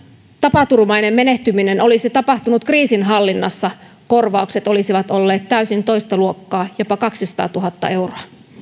tapaturmainen menehtyminen olisi tapahtunut kriisinhallinnassa korvaukset olisivat olleet täysin toista luokkaa jopa kaksisataatuhatta euroa